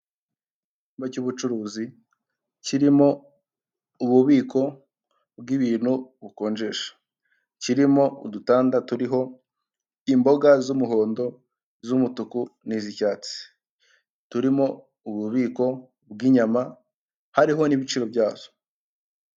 Icyumba cy'ubucuruzi kirimo ububiko bw'ibintu bukonjesha, kirimo udutanda turiho imboga z'umuhondo, iz'umutuku n'iz'icyatsi turimo ububiko bw'inyama hariho n'ibiciro byazo.